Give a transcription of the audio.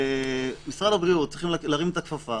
ומשרד הבריאות צריכים להרים את הכפפה